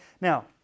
Now